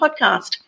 podcast